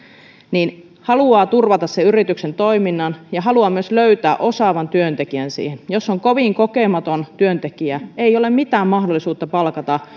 niin haluaa turvata sen yrityksen toiminnan ja haluaa myös löytää osaavan työntekijän siihen jos on kovin kokematon työntekijä ei ole mitään mahdollisuutta palkata